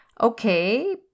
Okay